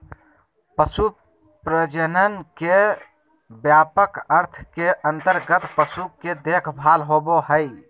पशु प्रजनन के व्यापक अर्थ के अंतर्गत पशु के देखभाल होबो हइ